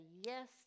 yes